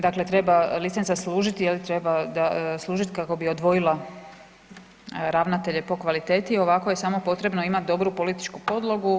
Dakle, treba licenca služiti, treba služiti ako bi odvojila ravnatelja po kvaliteti, ovako je samo potrebno imati dobru političku podlogu.